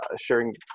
sharing